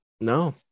No